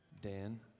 Dan